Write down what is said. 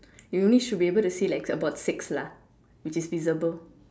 you only should be able to see like about six lah which is visible